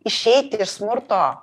išeiti iš smurto